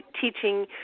teaching